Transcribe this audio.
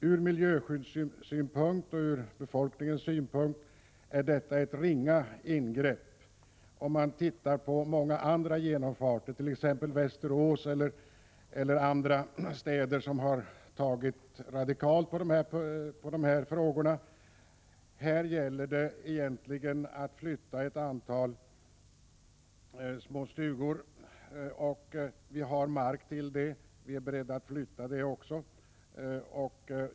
Ur miljöskyddssynpunkt och med tanke på befolkningen är ett sådant ingrepp av ringa omfattning i jämförelse med många andra genomfarter, t.ex. i Västerås och andra städer där man vidtagit radikala åtgärder. Vad det egentligen handlar om i detta sammanhang är att flytta ett antal små stugor. Mark finns och vi är beredda att acceptera en sådan flyttning.